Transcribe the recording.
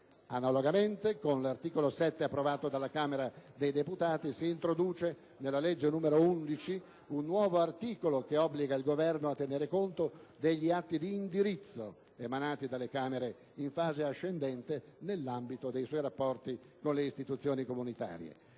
Analogamente, con l'articolo 7 approvato dalla Camera dei deputati si introduce nella legge n. 11 un nuovo articolo, che obbliga il Governo a tener conto degli atti di indirizzo emanati dalle Camere in fase ascendente, nell'ambito dei suoi rapporti con le istituzioni comunitarie.